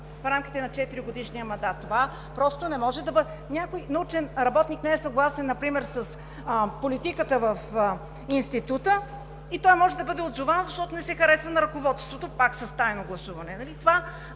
в рамките на четиригодишния мандат?! Това просто не може да бъде. Някой научен работник не е съгласен например с политиката на Института и той може да бъде отзован, защото не се харесва на ръководството, пак с тайно гласуване.